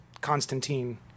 Constantine